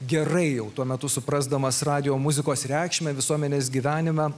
gerai jau tuo metu suprasdamas radijo muzikos reikšmę visuomenės gyvenime